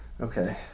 Okay